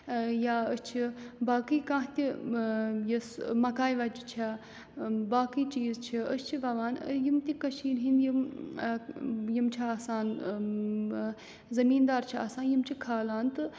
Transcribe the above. یا أسۍ چھِ باقٕے کانٛہہ تہِ یۄس مَکاے وَچہِ چھےٚ باقٕے چیٖز چھِ أسۍ چھِ وَوان یِم تہِ کٔشیٖرِ ہِنٛدۍ یِم یِم چھِ آسان زٔمیٖندار چھِ آسان یِم چھِ کھالان تہٕ